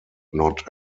not